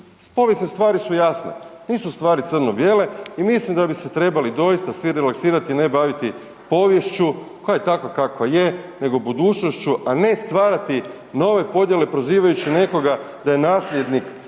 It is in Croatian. povijesne stvari su jasne. Nisu stvari crno bijele i mislim da bi se trebali doista svi relaksirati i ne baviti poviješću koja je takva kakva je, nego budućnošću, a ne stvarati nove podjele prozivajući nekoga da je nasljednik ne znam